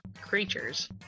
creatures